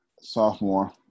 sophomore